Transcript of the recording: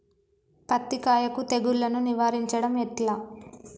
పత్తి కాయకు తెగుళ్లను నివారించడం ఎట్లా?